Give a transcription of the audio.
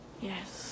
Yes